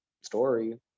story